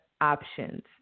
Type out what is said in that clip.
options